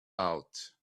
out